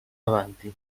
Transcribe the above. avanti